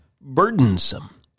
burdensome